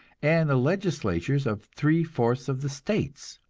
and the legislatures of three-fourths of the states.